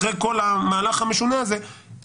אחרי כל המהלך המשונה הזה,